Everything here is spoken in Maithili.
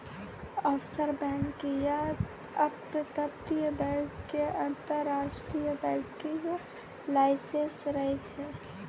ऑफशोर बैंक या अपतटीय बैंक के अंतरराष्ट्रीय बैंकिंग लाइसेंस रहै छै